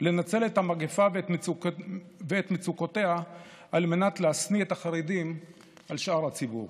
לנצל את המגפה ואת מצוקותיה על מנת להשניא את החרדים על שאר הציבור.